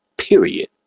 Period